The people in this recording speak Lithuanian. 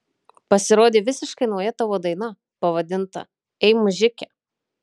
pasirodė visiškai nauja tavo daina pavadinta ei mužike